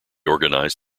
organised